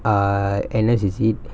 uh N_S is it